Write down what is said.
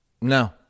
No